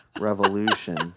Revolution